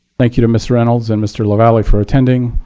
thank you to miss reynolds and mr. lavalley for attending.